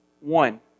one